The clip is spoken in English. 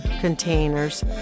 containers